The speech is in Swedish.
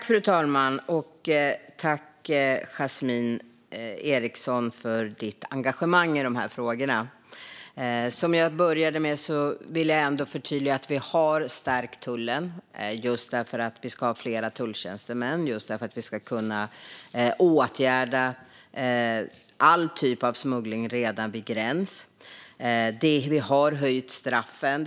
Fru talman! Tack, Yasmine Eriksson, för ditt engagemang i dessa frågor! Som jag inledde med vill jag förtydliga att vi har stärkt tullen för att vi ska ha fler tulltjänstemän och åtgärda all typ av smuggling redan vid gränsen. Vi har höjt straffen.